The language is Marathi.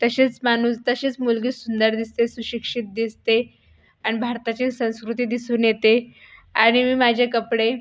तसेच माणूस तसेच मुलगी सुंदर दिसते सुशिक्षित दिसते आणि भारताची संस्कृती दिसून येते आणि मी माझे कपडे